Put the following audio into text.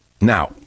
Now